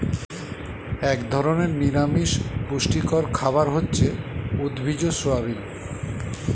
এক ধরনের নিরামিষ পুষ্টিকর খাবার হচ্ছে উদ্ভিজ্জ সয়াবিন